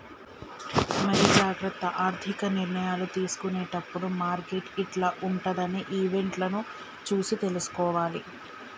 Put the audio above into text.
మరి జాగ్రత్త ఆర్థిక నిర్ణయాలు తీసుకునేటప్పుడు మార్కెట్ యిట్ల ఉంటదని ఈవెంట్లను చూసి తీసుకోవాలి